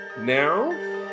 now